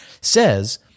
says